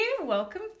Welcome